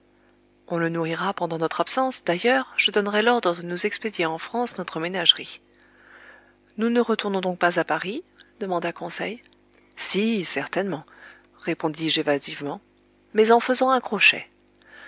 on le nourrira pendant notre absence d'ailleurs je donnerai l'ordre de nous expédier en france notre ménagerie nous ne retournons donc pas à paris demanda conseil si certainement répondis-je évasivement mais en faisant un crochet